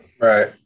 Right